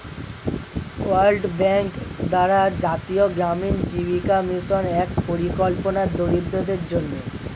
world bank দ্বারা জাতীয় গ্রামীণ জীবিকা মিশন এক পরিকল্পনা দরিদ্রদের জন্যে